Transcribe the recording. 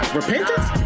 repentance